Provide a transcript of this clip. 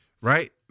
right